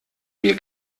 mir